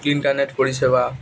internet পরিষেবা